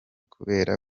kubera